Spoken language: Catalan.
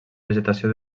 vegetació